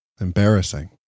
embarrassing